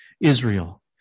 Israel